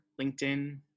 LinkedIn